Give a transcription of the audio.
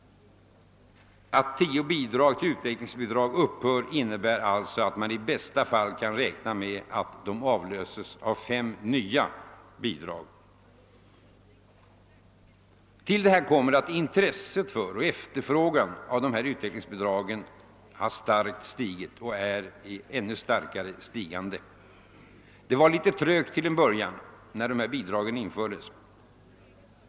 Att tio bidrag till utvecklingsbibliotek upphör innebär alltså att man i bästa fall kan räkna med att de avlöses av fem nya bidrag. Till detta kommer att intresset för och efterfrågan av dessa utvecklingsbidrag starkt stigit och är i ännu starkare stigande. Det var litet trögt i portföret när dessa bidrag infördes.